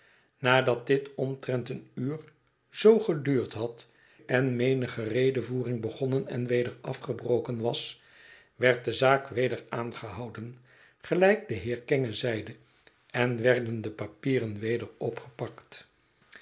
nadat dit omtrent een uur zoo geduurd had en menige redevoering begonnen en weder afgebroken was werd de zaak weder aangehouden gelijk de heer kenge zeide en werden de papieren weder opgepakt